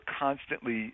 constantly